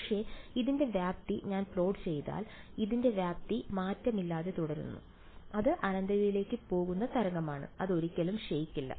പക്ഷേ ഇതിന്റെ വ്യാപ്തി ഞാൻ പ്ലോട്ട് ചെയ്താൽ ഇതിന്റെ വ്യാപ്തി മാറ്റമില്ലാതെ തുടരുന്നു അത് അനന്തതയിലേക്ക് പോകുന്ന തരംഗമാണ് അത് ഒരിക്കലും ക്ഷയിക്കില്ല